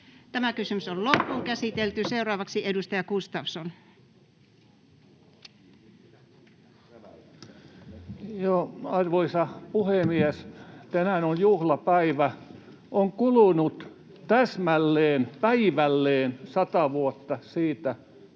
uutisia on saatu. Seuraavaksi edustaja Gustafsson. Arvoisa puhemies! Tänään on juhlapäivä. On kulunut täsmälleen, päivälleen sata vuotta siitä,